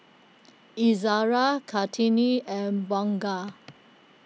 Izzara Kartini and Bunga